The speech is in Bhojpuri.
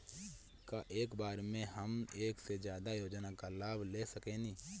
का एक बार में हम एक से ज्यादा योजना का लाभ ले सकेनी?